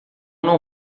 não